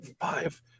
Five